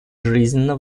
жизненно